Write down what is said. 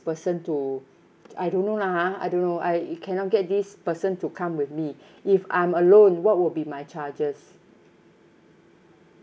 person to I don't know lah ha I don't know I cannot get this person to come with me if I'm alone what would be my charges